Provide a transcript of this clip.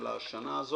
של השנה הזאת,